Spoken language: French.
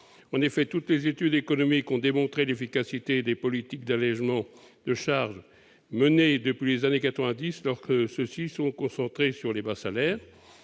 En effet, toutes les études économiques ont démontré l'efficacité des politiques d'allégements de charges menées depuis les années quatre-vingt-dix lorsque ceux-ci sont concentrés sur les bas salaires.